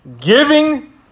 Giving